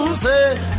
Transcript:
say